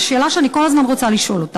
זו שאלה שאני כל הזמן רוצה לשאול.